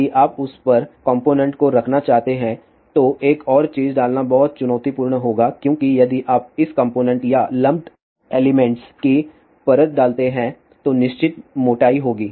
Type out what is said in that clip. यदि आप उस पर कॉम्पोनेन्ट को रखना चाहते हैं तो एक और चीज डालना बहुत चुनौतीपूर्ण होगा क्योंकि यदि आप इस कॉम्पोनेन्ट या लम्पड एलिमेंट्स की परत डालते हैं तो निश्चित मोटाई होगी